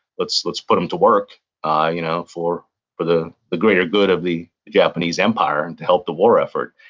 let's let's put them to work ah you know for for the the greater good of the japanese empire and to help the war effort.